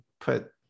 put